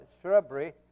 shrubbery